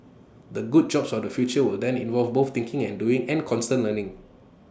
the good jobs of the future will then involve both thinking and doing and constant learning